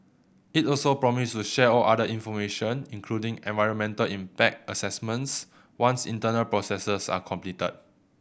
it also promised to share all other information including environmental impact assessments once internal processes are completed